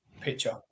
picture